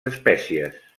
espècies